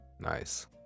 nice